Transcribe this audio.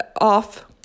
off